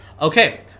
Okay